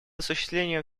осуществления